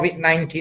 COVID-19